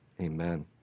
amen